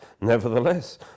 Nevertheless